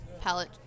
palette